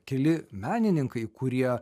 keli menininkai kurie